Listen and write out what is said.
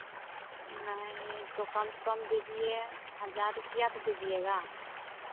नहीं तो कम से कम दीजिए हज़ार रुपया तो दीजिएगा